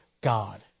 God